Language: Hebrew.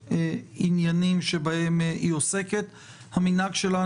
הכספים ולגבי הדרכים שבהן אנחנו מבטיחים שכל המטרות